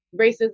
racism